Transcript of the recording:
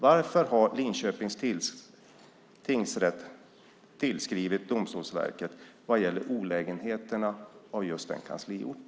Varför har Linköpings tingsrätt tillskrivit Domstolsverket beträffande olägenheterna med just den kansliorten?